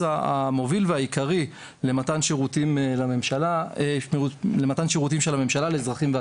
המוביל והעיקרי למתן שירותים של הממשלה לאזרחים ועסקים,